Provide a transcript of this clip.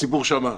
הציבור שמע.